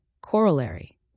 Corollary